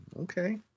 Okay